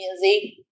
music